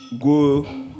go